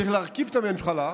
צריך להרכיב את הממשלה,